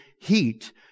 heat